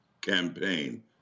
campaign